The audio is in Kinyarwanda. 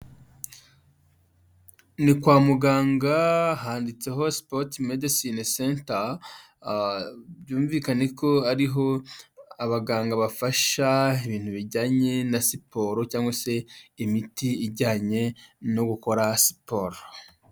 Ni kwa muganga handitseho Sipoti medesine senta, byumvikane ko ariho abaganga bafasha ibintu bijyanye na siporo cyangwa se imiti ijyanye no gukora siporo.